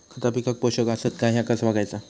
खता पिकाक पोषक आसत काय ह्या कसा बगायचा?